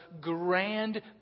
grand